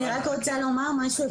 אני רק רוצה לומר משהו,